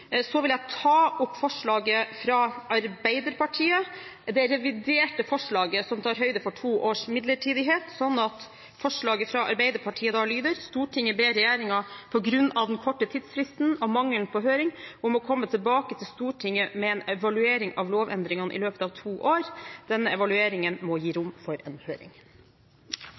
vil så ta opp Arbeiderpartiets reviderte forslag, som tar høyde for to års midlertidighet, slik at forslaget fra Arbeiderpartiet da lyder: «Stortinget ber regjeringen på grunn av den korte tidsfristen og mangelen på høring komme tilbake til Stortinget med en evaluering av lovendringene i løpet av to år. Denne evalueringen må gi